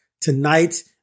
tonight